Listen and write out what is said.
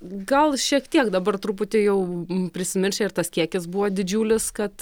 gal šiek tiek dabar truputį jau prisimiršę ir tas kiekis buvo didžiulis kad